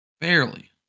Barely